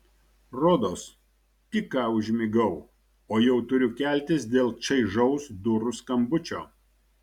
rodos tik ką užmigau o jau turiu keltis dėl čaižaus durų skambučio